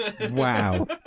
Wow